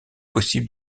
possible